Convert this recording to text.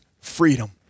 freedom